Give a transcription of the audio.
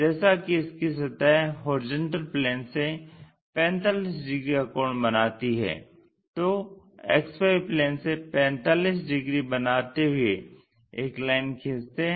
जैसा कि इसकी सतह HP से 45 डिग्री का कोण बनाती है तो XY प्लेन से 45 डिग्री बनाते हुए एक लाइन खींचते हैं